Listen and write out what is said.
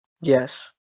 Yes